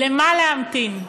למה להמתין?